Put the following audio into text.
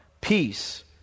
peace